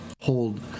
hold